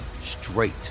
straight